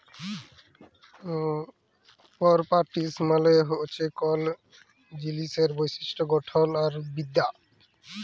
properties মালে হছে কল জিলিসের বৈশিষ্ট গঠল আর বিদ্যা